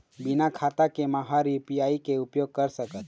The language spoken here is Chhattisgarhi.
बिना खाता के म हर यू.पी.आई के उपयोग कर सकत हो?